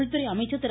உள்துறை அமைச்சர் திரு